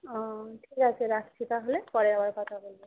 ও ঠিক আছে রাখছি তাহলে পরে আবার কথা মাউস